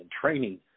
training